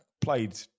played